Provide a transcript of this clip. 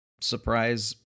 surprise